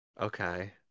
okay